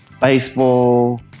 baseball